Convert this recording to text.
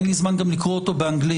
אין לי זמן לקרוא אותו גם באנגלית.